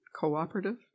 Cooperative